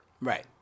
Right